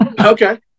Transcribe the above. Okay